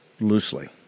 loosely